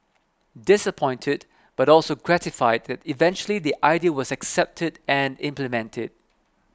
disappointed but also gratified that eventually the idea was accepted and implemented